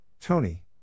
Tony